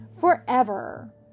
forever